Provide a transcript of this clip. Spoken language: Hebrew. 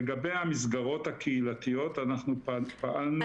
לגבי המסגרות הקהילתיות אנחנו פעלנו ופועלים